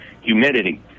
humidity